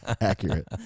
Accurate